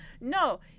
No